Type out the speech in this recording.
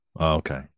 okay